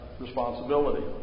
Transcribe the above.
responsibility